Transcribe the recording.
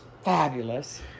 Fabulous